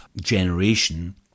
generation